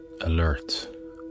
alert